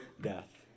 death